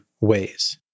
ways